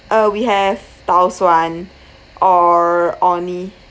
uh we have tau suan or orh nee